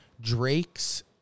Drake's